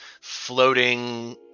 floating